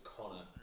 Connor